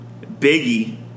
Biggie